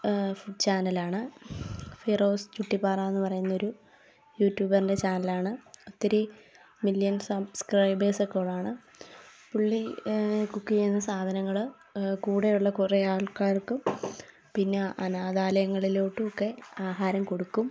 food ചാനലാണ് ഫിറോസ് ചുറ്റിപ്പാറ എന്ന് പറയുന്ന ഒരു യൂറ്റ്യൂബറിൻ്റെ ചാനലാണ് ഒത്തിരി മില്യൻ സബ്സ്ക്രൈബേഴ്സൊക്കെയുള്ളതാണ് പുള്ളി കുക്ക് ചെയ്യുന്ന സാധനങ്ങള് കൂടെയുള്ള കുറേ ആൾക്കാർക്ക് പിന്നെ അനാഥാലയങ്ങളിലോട്ടുമൊക്കെ ആഹാരം കൊടുക്കും